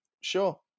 sure